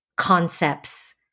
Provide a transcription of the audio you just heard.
concepts